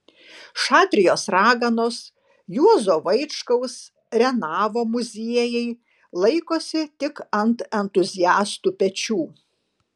šatrijos raganos juozo vaičkaus renavo muziejai laikosi tik ant entuziastų pečių